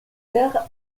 terres